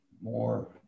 more